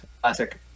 Classic